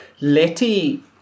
Letty